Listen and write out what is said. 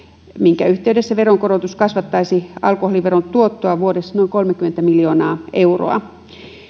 minkä yhteydessä veronkorotus kasvattaisi alkoholiveron tuottoa vuodessa noin kolmekymmentä miljoonaa euroa